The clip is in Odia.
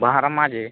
ବାହାରମା ଯେ